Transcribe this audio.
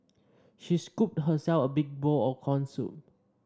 she scooped herself a big bowl of corn soup